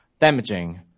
damaging